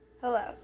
Hello